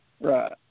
Right